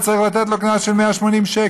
וצריך לתת לו קנס של 180 שקל,